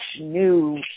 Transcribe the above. new